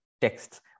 texts